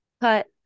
cut